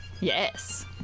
Yes